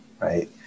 Right